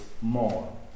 more